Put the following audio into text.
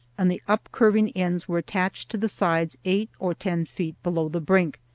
and the upcurving ends were attached to the sides eight or ten feet below the brink.